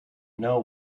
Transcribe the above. know